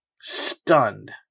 stunned